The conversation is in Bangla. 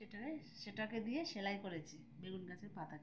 সেটা সেটাকে দিয়ে সেলাই করেছে বেগুন গাছের পাতা দিয়ে